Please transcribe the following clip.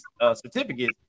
certificate